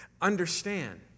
Understand